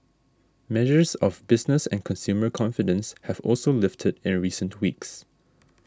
measures of business and consumer confidence have also lifted in recent weeks